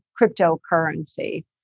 cryptocurrency